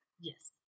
Yes